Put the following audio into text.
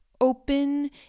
open